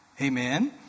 Amen